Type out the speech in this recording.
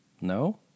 No